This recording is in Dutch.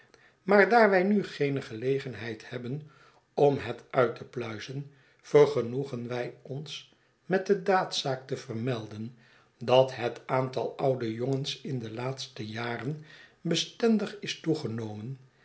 maar daar wij nu geene gelegenheid hebben om het uit te pluizen vergenoegen wij ons met de daadzaak te vermelden dat het aantal oude jongens in de laatste jaren bestendig is toegenomen